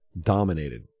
dominated